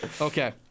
Okay